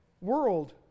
world